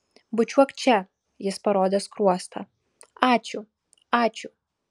bučiuok čia jis parodė skruostą ačiū ačiū